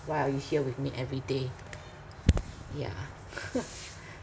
why are you here with me every day yeah